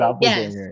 yes